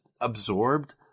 absorbed